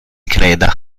creda